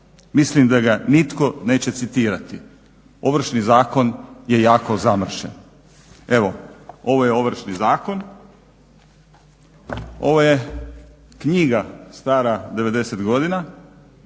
mislim da ga nitko neće citirati. Ovršni zakon je jako zamršen. Evo ovo je Ovršni zakon, ovo je knjiga stara 90 godina,